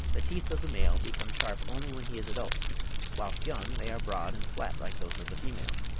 the teeth of the male become sharp only when he is adult whilst young they are broad and flat like those of the female.